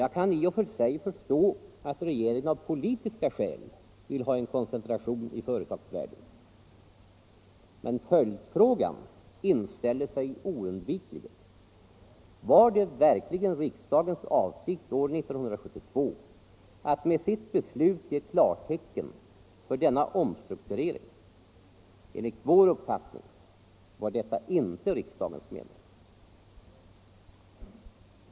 Jag kan i och för sig förstå att regeringen av politiska skäl vill ha en koncentration i företagsvärlden, men följdfrågan inställer sig oundvikligen: Var det verkligen riksdagens avsikt år 1972 att med sitt beslut ge klartecken för denna omstrukturering? Enligt vår uppfattning var detta inte riksdagens mening.